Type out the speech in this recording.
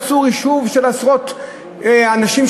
יישוב של עשרות אנשים,